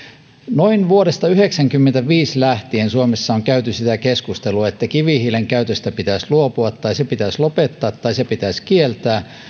noin vuodesta yhdeksänkymmentäviisi lähtien suomessa on käyty sitä keskustelua että kivihiilen käytöstä pitäisi luopua tai se pitäisi lopettaa tai se pitäisi kieltää